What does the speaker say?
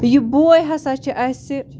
یہِ بوے ہَسا چھِ اَسہِ